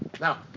Now